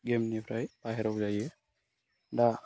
गेमनिफ्राय बाहेराव जायो दा